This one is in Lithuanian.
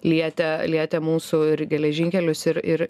lietė lietė mūsų ir geležinkelius ir ir